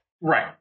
Right